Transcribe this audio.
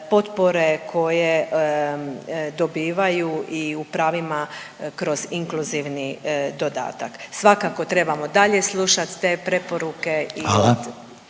potpore koje dobivaju i u pravima kroz inkluzivni dodatak. Svakako trebamo dalje slušat te preporuke